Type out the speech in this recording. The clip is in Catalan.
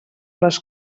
les